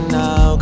now